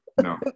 No